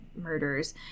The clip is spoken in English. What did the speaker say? murders